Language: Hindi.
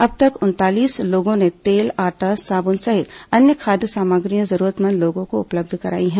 अब तक उनतालीस लोगों ने तेल आटा साबुन सहित अन्य खाद्य सामग्रियां जरूरतमंद लोगों को उपलब्ध कराई है